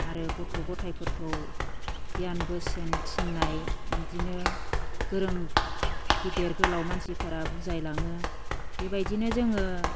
आरो गथ' गथायफोरखौ गियान बोसोन थिननाय बिदिनो गोरों गिदिर गोलाव मानसिफोरा बुजाय लाङो बेबायदिनो जोङो